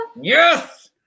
Yes